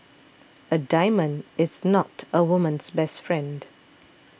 a diamond is not a woman's best friend